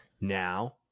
Now